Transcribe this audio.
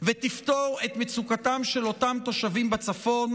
ותפתור את מצוקתם של אותם תושבים בצפון,